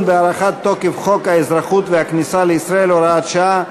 בהארכת תוקף חוק האזרחות והכניסה לישראל (הוראת שעה),